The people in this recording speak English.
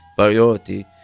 priority